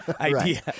idea